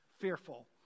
fearful